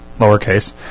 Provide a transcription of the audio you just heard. lowercase